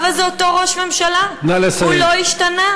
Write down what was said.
אבל זה אותו ראש ממשלה, הוא לא השתנה.